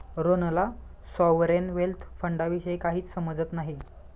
रोहनला sovereign wealth फंडाविषयी काहीच समजत नाही